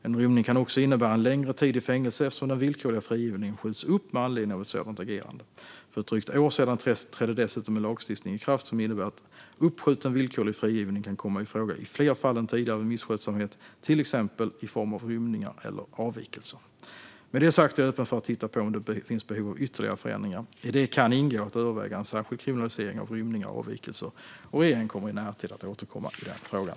En rymning kan också innebära en längre tid i fängelse eftersom den villkorliga frigivningen kan skjutas upp med anledning av ett sådant agerande. För ett drygt år sedan trädde dessutom lagstiftning i kraft som innebär att uppskjuten villkorlig frigivning kan komma i fråga i fler fall än tidigare vid misskötsamhet, till exempel i form av rymningar eller avvikelser. Med det sagt är jag öppen för att titta på om det finns behov av ytterligare förändringar. I det kan ingå att överväga en särskild kriminalisering av rymningar och avvikelser. Regeringen kommer i närtid att återkomma till frågan.